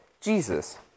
Jesus